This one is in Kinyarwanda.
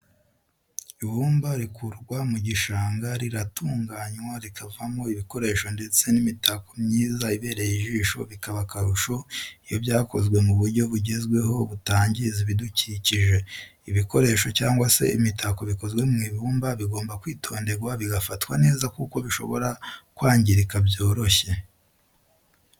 Ibumba rikurwa mu gishanga riratunganywa rikavamo ibikoresho ndetse n'imitako myiza ibereye ijisho bikaba akarusho iyo byakozwe mu buryo bugezweho butangiza ibidukikije. ibikoresho cyangwa se imitako bikozwe mu ibumba bigomba kwitonderwa bigafatwa neza kuko bishobora kwangirika byoroshye.